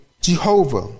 Jehovah